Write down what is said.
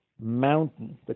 mountain